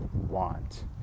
want